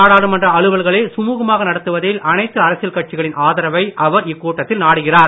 நாடாளுமன்ற அலுவல்களை சுமுகமாக நடத்துவதில் அனைத்து அரசியல் கட்சிகளின் ஆதரவை அவர் இக்கூட்டத்தில் நாடுகிறார்